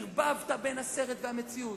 ערבבת בין הסרט למציאות,